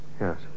Yes